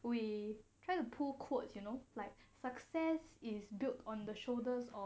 we try to pull quotes you know like success is built on the shoulders of